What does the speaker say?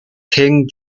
king